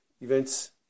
Events